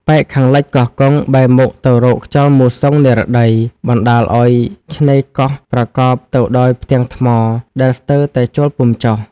ប៉ែកខាងលិចកោះកុង បែរមុខទៅរកខ្យល់មូសុងនិរតី បណ្តាលអោយឆ្នេរកោះប្រកបទៅដោយផ្ទាំងថ្មដែលស្ទើរតែចូលពុំចុះ ។